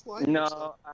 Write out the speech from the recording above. No